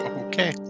okay